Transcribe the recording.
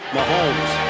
Mahomes